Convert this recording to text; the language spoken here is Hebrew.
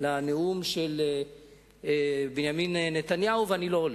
לנאום של נתניהו ואני לא הולך.